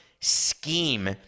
scheme